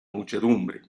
muchedumbre